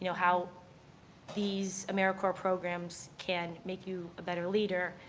you know how these americorps programs can make you a better leader,